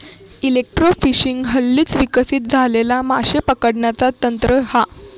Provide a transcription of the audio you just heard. electrofishing हल्लीच विकसित झालेला माशे पकडण्याचा तंत्र हा